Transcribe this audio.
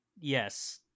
Yes